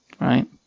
right